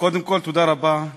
קודם כול, תודה רבה שנתת לי לדבר.